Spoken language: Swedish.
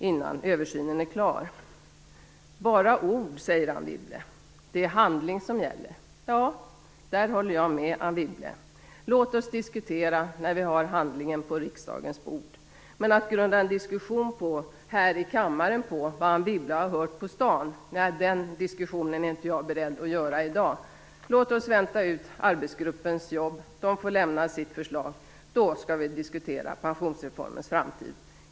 Anne Wibble säger att det bara är ord, och att det är handling som gäller. Där håller jag med Anne Wibble. Låt oss diskutera när vi har handlingen på riksdagens bord. Jag är inte beredd att grunda en diskussion här i kammaren på vad Anne Wibble har hört på stan. Låt oss vänta ut arbetsgruppens jobb. De får lämna sitt förslag. Då skall vi diskutera pensionsreformens framtid.